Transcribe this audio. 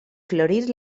florir